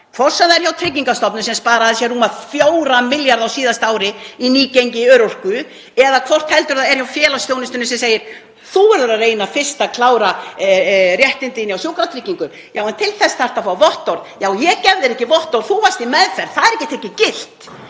hvort sem það er hjá Tryggingastofnun, sem sparaði sér rúma 4 milljarða á síðasta ári í nýgengi örorku, eða hjá félagsþjónustunni sem segir: Þú verður að reyna fyrst að klára réttindi þín hjá Sjúkratryggingum. Já, en til þess þarftu að fá vottorð. Já, ég gef þér ekki vottorð, þú varst í meðferð, það er ekki tekið gilt.